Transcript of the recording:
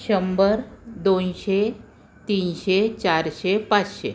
शंभर दोनशे तीनशे चारशे पाचशे